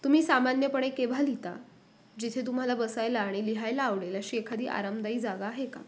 तुम्ही सामान्यपणे केव्हा लिहिता जिथे तुम्हाला बसायला आणि लिहायला आवडेल अशी एखादी आरामदायी जागा आहे का